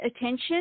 attention